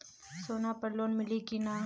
सोना पर लोन मिली की ना?